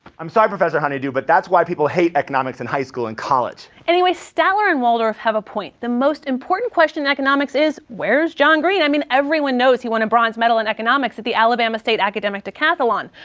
i'm sorry professor honeydew, but that's why people hate economics in high school and college. adriene anyway, statler and waldorf have a point, the most important question in economics is where's john green? i mean everyone knows he won a bronze medal in economics at the alabama state academic decathlon.